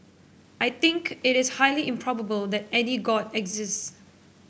I think it is highly improbable that god exists